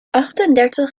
achtendertig